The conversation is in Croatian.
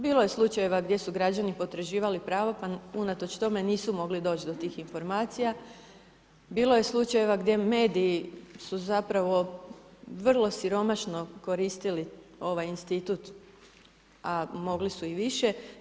Bilo je slučajeva gdje su građani potraživali prava, pa unatoč tome nisu mogli doći do tih informacija, bilo je slučajeva gdje mediji su, zapravo, vrlo siromašno koristili ovaj institut, a mogli su više.